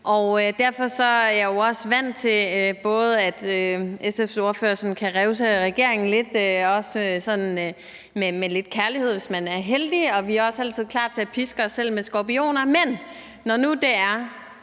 Derfor er jeg jo også vant til, at SF's ordfører sådan kan revse regeringen lidt, også med lidt kærlighed, hvis man er heldig. Vi er også altid klar til at piske os selv med skorpioner, men når nu det er